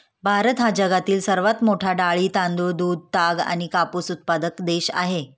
भारत हा जगातील सर्वात मोठा डाळी, तांदूळ, दूध, ताग आणि कापूस उत्पादक देश आहे